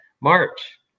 March